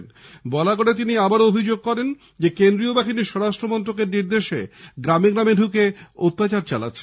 হুগলীর বলাগড়ে তিনি ফের অভিযোগ করেন কেন্দ্রীয বাহিনী স্বরাষ্ট্র মন্ত্রকের নির্দেশে গ্রামে গ্রামে ঢুকে অত্যাচার চালাচ্ছে